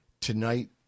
tonight